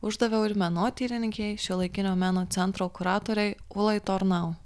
uždaviau ir menotyrininkei šiuolaikinio meno centro kuratorei ūlai tornau